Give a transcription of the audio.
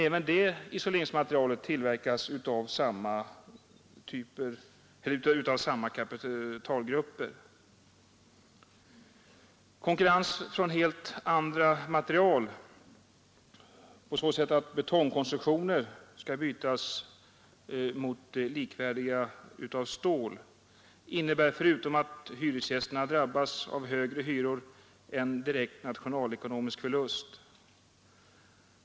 Även isoleringsmaterialet tillverkas av samma kapitalgrupper. Konkurrens från helt andra material på så sätt att betongkonstruktioner byts mot konstruktioner av stål innebär förutom att hyresgästerna drabbas av högre hyror en direkt nationalekonomisk förlust.